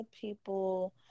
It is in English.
people